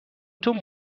تون